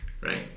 right